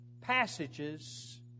passages